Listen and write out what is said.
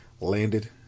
landed